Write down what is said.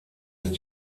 ist